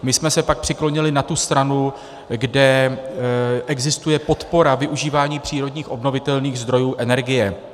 My jsme se pak přiklonili na tu stranu, kde existuje podpora využívání přírodních obnovitelných zdrojů energie.